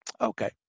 Okay